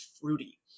fruity